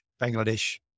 Bangladesh